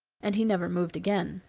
and he never moved again.